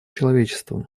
человечеством